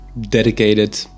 dedicated